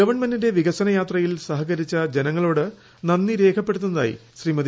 ഗവൺമെന്റിന്റെ വികസനയാത്രയിൽ സഹകരിച്ച ജനങ്ങളോട് നന്ദി രേഖപ്പെടുത്തുന്നതായി ശ്രീമതി